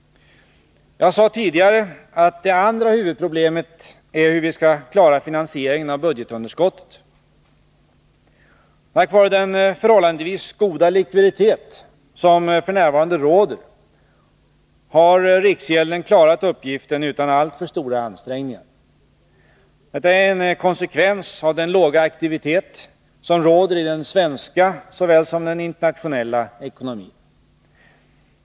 Jag sade tidigare att det andra huvudproblemet är hur vi skall klara finansieringen av budgetunderskottet. Tack vara den förhållandevis goda likviditet som f. n. råder har riksgälden klarat uppgiften utan alltför stora ansträngningar. Detta är en konsekvens av den låga aktivitet som råder såväl i den svenska som i den internationella ekonomin.